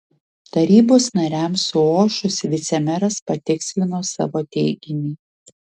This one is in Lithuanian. tarybos nariams suošus vicemeras patikslino savo teiginį